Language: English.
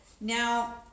now